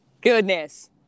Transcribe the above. Goodness